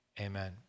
amen